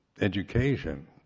education